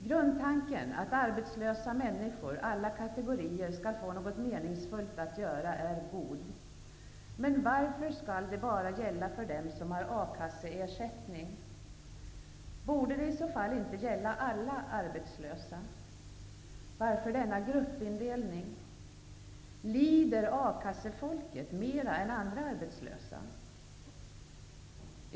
Grundtanken, att arbetslösa människor alla kategorier skall få något meningsfullt att göra, är god. Men varför skall det bara gälla för dem som har A-kasseersättning? Borde det i så fall inte gälla alla arbetslösa? Varför denna gruppindelning? Lider A-kassefolket mera än andra arbetslösa?